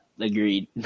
agreed